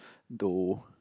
though